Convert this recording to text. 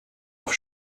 auf